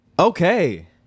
Okay